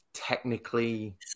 Technically